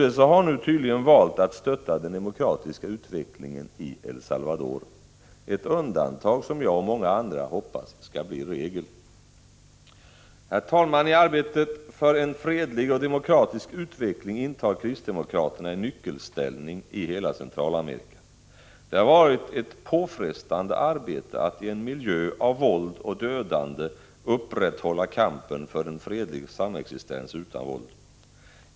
USA har nu tydligen valt att stötta den demokratiska utvecklingen i El Salvador — ett undantag som jag och många andra hoppas skall bli regel. Herr talman! I arbetet för en fredlig och demokratisk utveckling intar kristdemokraterna en nyckelställning i hela Centralamerika. Det har varit ett påfrestande arbete att i en miljö av våld och dödande upprätthålla kampen för en fredlig samexistens utan våld.